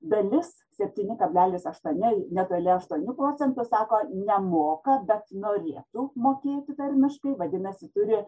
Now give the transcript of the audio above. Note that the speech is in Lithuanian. dalis septyni kablelis aštuoni na realiai aštuoni procentai sako nemoka bet norėtų mokėti tarmiškai vadinasi turi